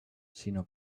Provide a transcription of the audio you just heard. sinó